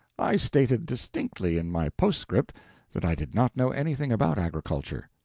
i stated distinctly in my postscript that i did not know anything about agriculture.